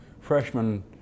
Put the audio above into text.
freshman